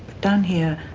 down here,